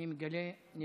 אני מגלה נדיבות.